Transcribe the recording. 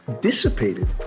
dissipated